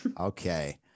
Okay